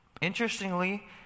Interestingly